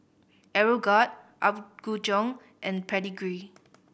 Aeroguard Apgujeong and Pedigree